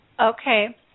Okay